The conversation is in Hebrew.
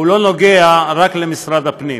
הוא נוגע לא רק למשרד הפנים,